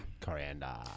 Coriander